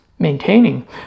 maintaining